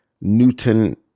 Newton